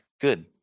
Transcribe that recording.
Good